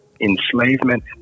enslavement